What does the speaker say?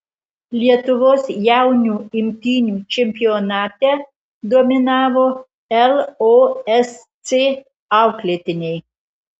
lietuvos jaunių imtynių čempionate dominavo losc auklėtiniai